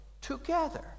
together